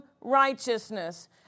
righteousness